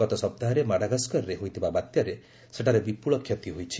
ଗତ ସପ୍ତାହରେ ମାଡାଗାସ୍କାରରେ ହୋଇଥିବା ବାତ୍ୟାରେ ସେଠାରେ ବିପୁଳ କ୍ଷତି ହୋଇଛି